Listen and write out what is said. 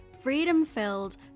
freedom-filled